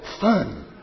fun